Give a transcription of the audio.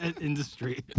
industry